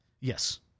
Yes